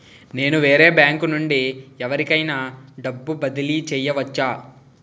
నేను వేరే బ్యాంకు నుండి ఎవరికైనా డబ్బు బదిలీ చేయవచ్చా?